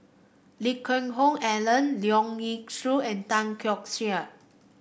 Lee Geck Hoon Ellen Leong Yee Soo and Tan Keong Saik